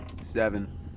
Seven